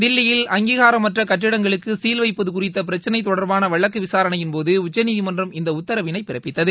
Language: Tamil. தில்லியில் அங்கீகாரைமற்ற கட்டிடங்களுக்கு கீல்வைப்பது குறித்த பிரச்சினை தொடர்பான வழக்கு விசாரணையின்போது உச்சநீதிமன்றம் இந்த உத்தரவினை பிறப்பித்தது